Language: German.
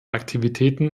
aktivitäten